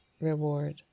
reward